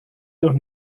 doch